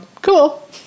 Cool